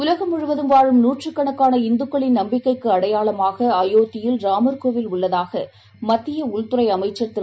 உலகம் முழுவதும் வாழும் நூற்றுக்கணக்கான இந்துக்களின் நம்பிக்கைக்குஅடையாளமாகஅயோத்தியில் ராமர் கோவில் உள்ளதாகமத்தியஉள்துறைஅமைச்சர் திரு